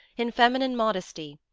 in feminine modesty,